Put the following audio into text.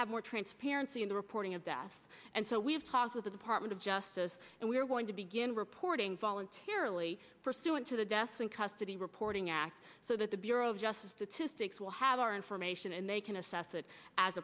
have more transparency in the reporting of death and so we've talked with the department of justice and we are going to begin reporting voluntarily pursuant to the deaths in custody reporting act so that the bureau of justice statistics will have more information and they can assess it as